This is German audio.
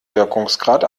wirkungsgrad